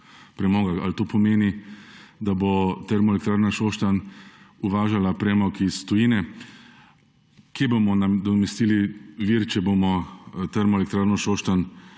premoga. Ali to pomeni, da bo Termoelektrarna Šoštanj uvažala premog iz tujine? Kje bomo nadomestili vir, če bomo Termoelektrarno Šoštanj